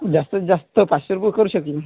जास्तीत जास्त पाचशे रुपये करू शकेन